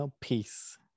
Peace